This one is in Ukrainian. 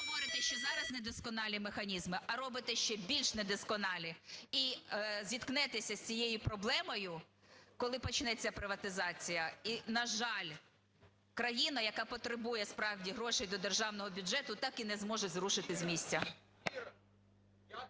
говорите, що зараз недосконалі механізми, а робите ще більш недосконалі і зіткнетеся з цією проблемою, коли почнеться приватизація. І, на жаль, країна, яка потребує справді грошей до державного бюджету, так і не зможе зрушити з місця.